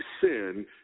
sin